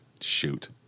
Shoot